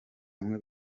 hamwe